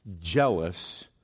jealous